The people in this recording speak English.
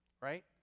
right